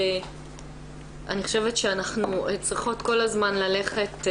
אני חושבת שאנחנו צריכות כל הזמן ללכת,